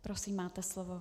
Prosím, máte slovo.